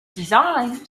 designed